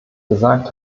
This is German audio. gesagt